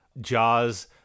jaws